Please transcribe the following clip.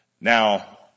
Now